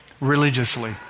religiously